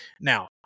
Now